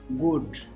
good